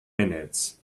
minutes